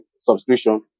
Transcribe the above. subscription